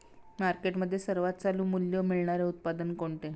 मार्केटमध्ये सर्वात चालू मूल्य मिळणारे उत्पादन कोणते?